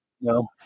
No